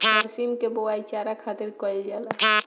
बरसीम के बोआई चारा खातिर कईल जाला